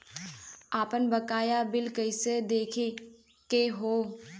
आपन बकाया बिल कइसे देखे के हौ?